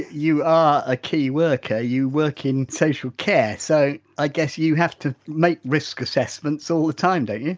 you are a key worker, you work in social care, so, i guess you have to make risk assessments all the time, don't you?